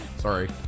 Sorry